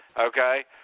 okay